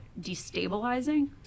destabilizing